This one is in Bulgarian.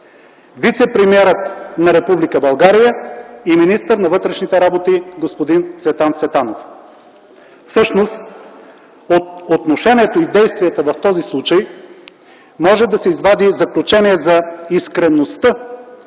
вицепремиерът на Република България и министър на вътрешните работи – господин Цветан Цветанов. Всъщност от отношението и действията в този случай може да се извади заключение за искреността